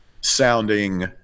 sounding